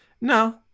no